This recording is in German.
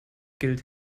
gilt